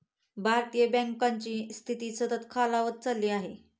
भारतीय बँकांची स्थिती सतत खालावत चालली आहे